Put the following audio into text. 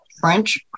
French